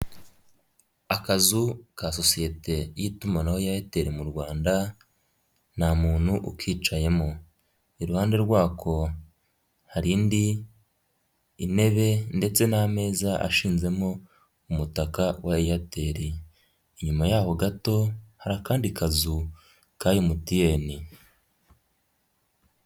Akazu ka sosiyete y'itumanaho Eyateli mu Rwanda nta muntu ukicayemo, iruhande rwako harindi ntebe ndetse n'ameza ashinzemo umutaka wa Eyateli, inyuma yaho gato hari akandi kazu ka MTN.